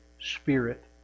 Spirit